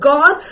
God